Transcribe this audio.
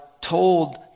told